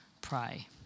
pray